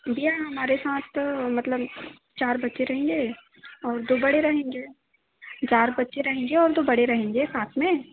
भैया हमारे साथ मतलब चार बच्चे रहेंगे और दो बड़े रहेंगे चार बच्चे रहेंगे और दो बड़े रहेंगे साथ में